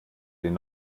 den